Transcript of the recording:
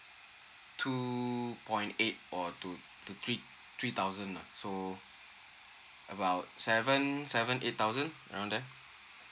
two point eight or to to three three thousand lah so about seven seven eight thousand around there